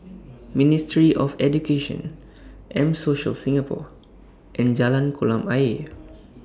Ministry of Education M Social Singapore and Jalan Kolam Ayer